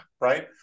Right